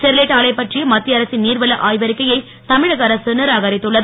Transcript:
Sterlite ஆலை பற்றிய மத்திய அரசின் நீர்வள ஆய்வறிக்கையை தமிழக அரசு நிராகரித்துள்ளது